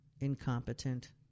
incompetent